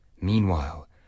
Meanwhile